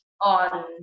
on